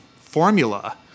formula